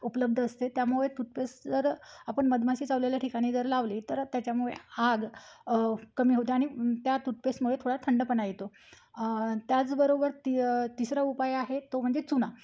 उपलब्ध असते त्यामुळे तूथपेस्ट जर आपण मधमाशी चावलेल्या ठिकाणी जर लावली तर त्याच्यामुळे आग कमी होते आणि त्या तूथपेस्टमुळे थोडा थंडपणा येतो त्याचबरोबर ती तिसरा उपाय आहे तो म्हणजे चुना